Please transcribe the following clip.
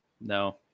No